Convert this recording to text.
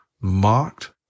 mocked